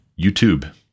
YouTube